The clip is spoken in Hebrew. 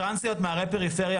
טרנסיות מערי פריפריה,